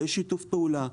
בשיתוף פעולה,